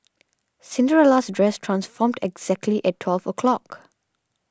Cinderella's dress transformed exactly at twelve o' clock